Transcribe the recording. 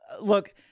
look